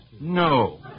No